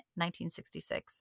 1966